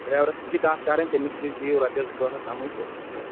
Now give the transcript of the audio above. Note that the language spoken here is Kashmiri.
ڈرٛایورس سۭتۍ تہِ چھِ کتھ کرٕنۍ تٔمِس تِہ دِیو رۄپیس زٕ ژور ہَتھ کمٕے تہٕ